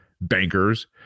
bankers